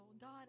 God